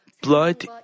Blood